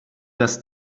das